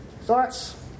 thoughts